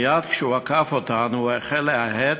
מייד כשהוא עקף אותנו הוא החל להאט,